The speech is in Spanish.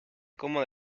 cómo